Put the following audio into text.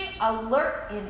alert